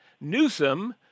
Newsom